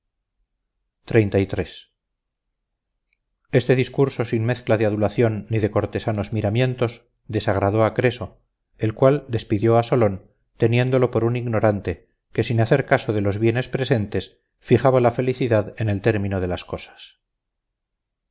este discurso sin mezcla de adulación ni de cortesanos miramientos desagradó a creso el cual despidió a solón teniéndolo por un ignorante que sin hacer caso de los bienes presentes fijaba la felicidad en el término de las cosas